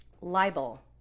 libel